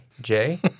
Jay